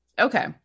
Okay